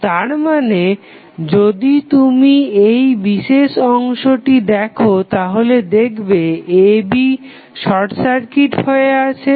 তো তারমানে যদি তুমি এই বিশেষ অংশটি দেখো তাহলে দেখবে a b শর্ট সার্কিট হয়ে আছে